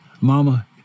Mama